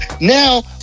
now